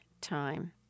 time